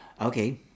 okay